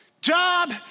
job